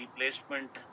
replacement